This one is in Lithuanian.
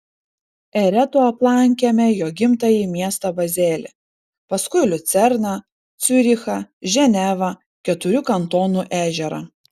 eretu aplankėme jo gimtąjį miestą bazelį paskui liucerną ciurichą ženevą keturių kantonų ežerą